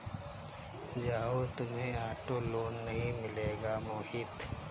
जाओ, तुम्हें auto loan नहीं मिलेगा मोहित